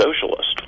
socialist